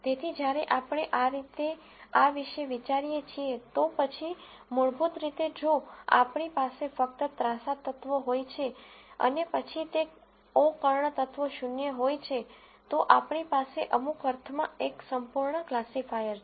તેથી જ્યારે આપણે આ રીતે આ વિશે વિચારીએ છીએ તો પછી મૂળભૂત રીતે જો આપણી પાસે ફક્ત ત્રાંસા તત્વો હોય છે અને તે પછી ઓ કર્ણ તત્વો શૂન્ય હોય છે તો આપણી પાસે અમુક અર્થમાં એક સંપૂર્ણ ક્લાસિફાયર છે